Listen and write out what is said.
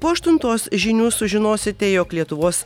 po aštuntos žinių sužinosite jog lietuvos